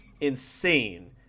insane